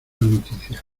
noticia